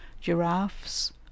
giraffes